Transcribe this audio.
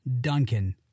Duncan